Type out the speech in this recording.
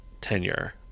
tenure